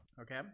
Okay